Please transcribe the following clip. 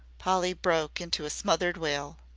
polly broke into a smothered wail.